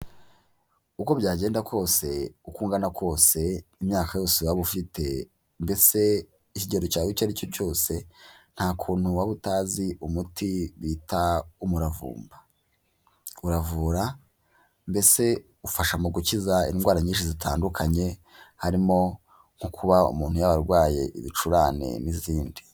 Uko byagenda kose uko ungana kose, imyaka yose waba ufite, mbese ikigero cyawe icyo ari cyo cyose, nta kuntu waba utazi umuti bita umuravumba, uravura mbese ufasha mu gukiza indwara nyinshi zitandukanye, harimo nko kuba umuntu yaba ararwaye ibicurane n'izindi.